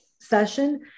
session